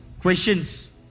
questions